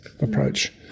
approach